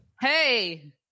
Hey